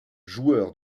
joueur